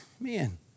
man